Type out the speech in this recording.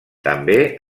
també